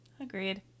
Agreed